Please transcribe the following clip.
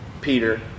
Peter